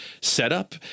setup